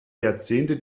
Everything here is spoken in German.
jahrzehnte